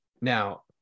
now